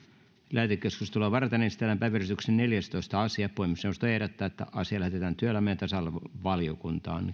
lähetekeskustelua varten esitellään päiväjärjestyksen neljästoista asia puhemiesneuvosto ehdottaa että asia lähetetään työelämä ja tasa arvovaliokuntaan